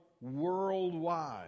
worldwide